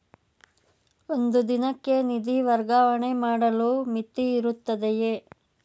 ಒಂದು ದಿನಕ್ಕೆ ನಿಧಿ ವರ್ಗಾವಣೆ ಮಾಡಲು ಮಿತಿಯಿರುತ್ತದೆಯೇ?